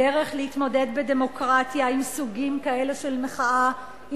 הדרך להתמודד בדמוקרטיה עם סוגים כאלה של מחאה היא